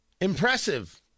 Impressive